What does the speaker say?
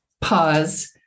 Pause